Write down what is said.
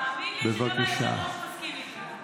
תאמין לי שגם היושב-ראש מסכים איתי.